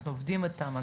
אנחנו עובדים איתם,